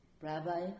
Rabbi